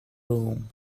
room